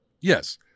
Yes